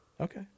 Okay